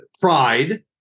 Pride